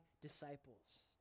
disciples